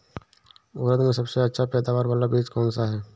उड़द में सबसे अच्छा पैदावार वाला बीज कौन सा है?